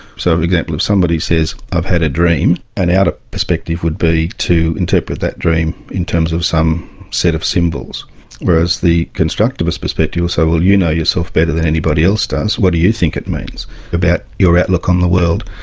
so for example if somebody says, i've had a dream an outer ah perspective would be to interpret that dream in terms of some set of symbols whereas the constructivist perspective will say well you know yourself better than anybody else does, what do you think it means about your outlook on the world?